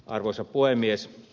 arvoisa puhemies